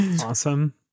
Awesome